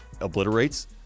obliterates